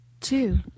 two